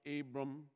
Abram